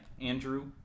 Andrew